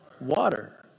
water